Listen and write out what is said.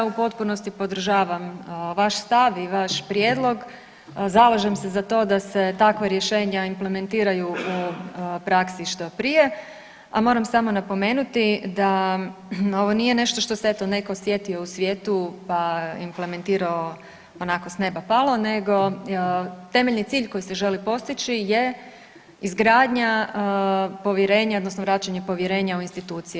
U potpunosti podržavam vaš stav i vaš prijedlog, zalažem se za to da se takva rješenja implementiraju u praksi što prije a moram samo napomenuti da ovo nije nešto što se eto neko sjetio u svijetu pa implementirao onako s neba palo, nego temeljeni cilj koji se želi postići je izgradnja povjerenja, odnosno vraćanje povjerenja u institucije.